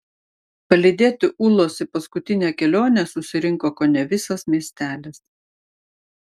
palydėti ūlos į paskutinę kelionę susirinko kone visas miestelis